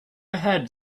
ahead